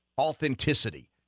authenticity